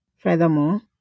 Furthermore